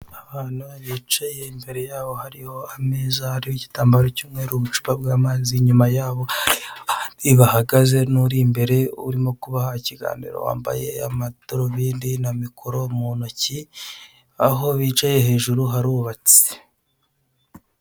Abana bicaye imbere yabo hariho ameza, igitambaro cy'umweru n'ubucupa bw'amazi, inyuma yabo hariho abandi bahagaze n'uri imbere urimo kubaha ikiganiro wambaye amadarubindi, na mikoro mu ntoki, aho bicaye hejuru harubatse.